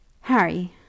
Harry